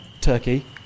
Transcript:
turkey